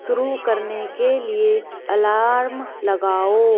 शुरू करने के लिए अलार्म लगाओ